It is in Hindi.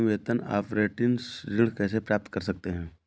हम वेतन अपरेंटिस ऋण कैसे प्राप्त कर सकते हैं?